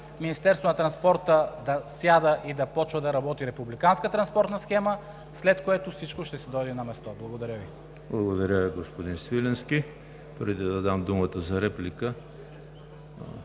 Министерството на транспорта да сяда и да започва да работи републиканска транспортна схема, след което всичко ще си дойде на мястото. Благодаря Ви. ПРЕДСЕДАТЕЛ ЕМИЛ ХРИСТОВ: Благодаря, господин Свиленски. Преди да дам думата за реплика,